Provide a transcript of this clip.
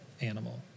Animal